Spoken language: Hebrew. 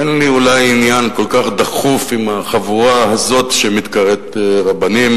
אין לי אולי עניין כל כך דחוף עם החבורה הזאת שמתקראת רבנים,